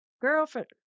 girlfriend